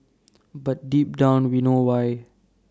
but deep down we know why